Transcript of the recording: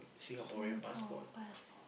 Singapore passport